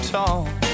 talk